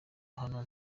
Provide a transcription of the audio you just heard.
hano